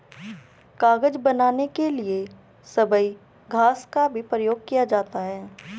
कागज बनाने के लिए सबई घास का भी प्रयोग किया जाता है